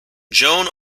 joan